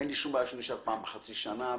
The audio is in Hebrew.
אין לי בעיה שהוא יישלח פעם בחצי שנה,